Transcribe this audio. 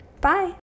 Bye